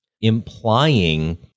implying